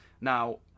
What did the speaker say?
now